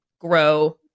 grow